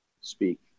speak